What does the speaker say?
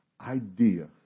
idea